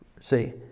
See